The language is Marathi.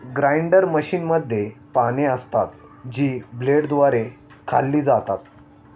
ग्राइंडर मशीनमध्ये पाने असतात, जी ब्लेडद्वारे खाल्ली जातात